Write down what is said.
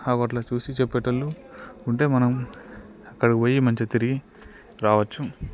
అవి అలా చూసి చెప్పే వాళ్లు ఉంటే మనం అక్కడికి పోయి మంచి తిరిగి రావచ్చు